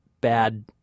bad